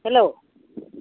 hello